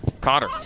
Cotter